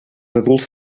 adults